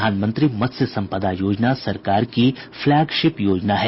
प्रधानमंत्री मत्स्य संपदा योजना सरकार की फ्लैगशिप योजना है